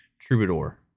Troubadour